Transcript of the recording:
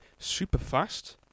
Superfast